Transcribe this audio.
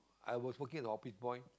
I was working in a office boy